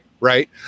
right